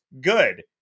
good